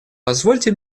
позвольте